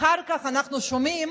אחר כך אנחנו שומעים